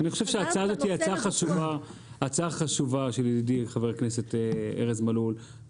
אני חושב שההצעה הזו של ידידי חבר הכנסת ארז מלול היא הצעה חשובה,